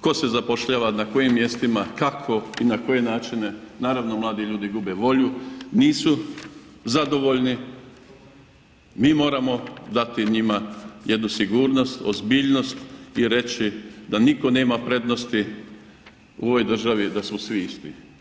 tko se zapošljava na kojim mjestima, kako i na koje načine, naravno mladi ljudi gube volju, nisu zadovoljni, mi moramo dati njima jednu sigurnost, ozbiljnost i reći da nitko nema prednost u ovoj državi, da su svi isti.